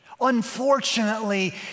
unfortunately